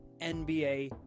NBA